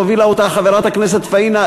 שהובילה אותה חברת הכנסת פאינה,